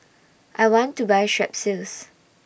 I want to Buy Strepsils